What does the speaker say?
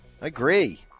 agree